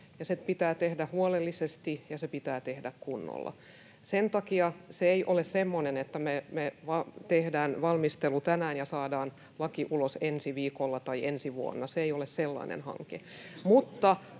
se pitää tehdä huolellisesti ja se pitää tehdä kunnolla. Sen takia se ei ole semmoinen, että me tehdään valmistelu tänään ja saadaan laki ulos ensi viikolla tai ensi vuonna. Se ei ole sellainen hanke.